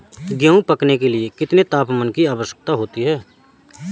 गेहूँ पकने के लिए कितने तापमान की आवश्यकता होती है?